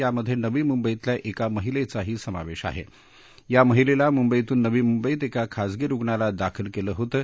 यामध्ये नवी मुंबईतल्या एका महिलेचाही समावेश आहे या महिलेला मुंबईतून नवी मुंबईत एका खाजगी रूग्णालयात दाखल केलं होतं